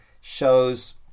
shows